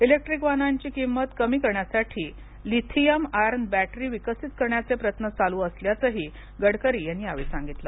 electric वाहनानाची किंमत कमी करण्यासाठी लिथियम आयर्न बॅटरी विकसित करण्याचे प्रयत्न चालू असल्याच ही गडकरी यांनी यावेळी सांगितल